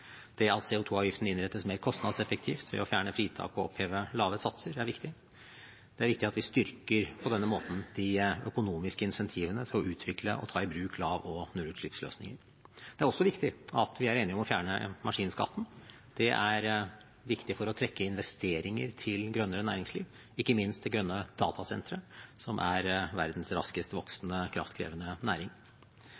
at CO 2 -avgiften innrettes mer kostnadseffektivt ved å fjerne fritak og oppheve lave satser. Det er viktig at vi på denne måten styrker de økonomiske incentivene til å utvikle og ta i bruk lav- og nullutslippsløsninger. Det er også viktig at vi er enige om å fjerne maskinskatten. Det er viktig for å trekke investeringer til grønnere næringsliv, ikke minst det grønne datasenteret, som er verdens raskest